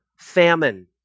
famine